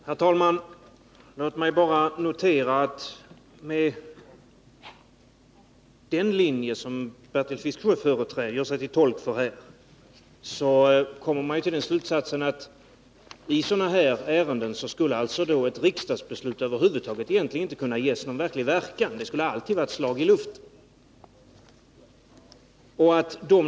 Herr talman! Låt mig notera att med den linje som Bertil Fiskesjö gör sig till tolk för kommer man till den slutsatsen att i sådana här ärenden skulle ett M riksdagsbeslut över huvud taget inte ha någon verkan — det skulle alltid vara ett slag i luften.